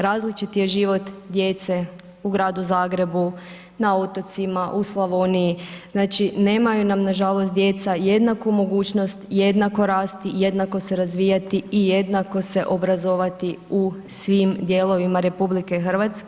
Različiti je život djece u Gradu Zagrebu, na otocima u Slavoniji, znači nemaju nam nažalost djeca jednaku mogućnost, jednako rast i jednako se razvijati i jednako se obrazovati u svim dijelovima RH.